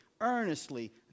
earnestly